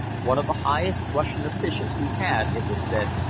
one of the highest russian officials who had, it was said,